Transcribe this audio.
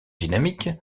dynamiques